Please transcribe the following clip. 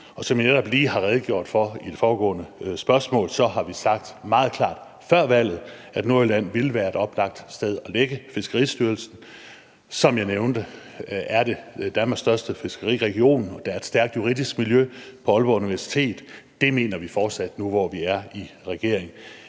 og som jeg netop lige har redegjort for under det foregående spørgsmål, har vi sagt meget klart før valget, at Nordjylland ville være et oplagt sted at lægge Fiskeristyrelsen – som jeg nævnte, er det Danmarks største fiskeriregion, og der er et stærkt juridisk miljø på Aalborg Universitet. Det mener vi fortsat nu, hvor vi er i regering.